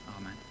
Amen